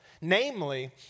namely